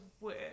work